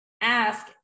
ask